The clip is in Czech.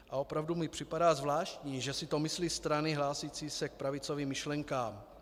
A opravdu mi připadá zvláštní, že si to myslí strany hlásící se k pravicovým myšlenkám.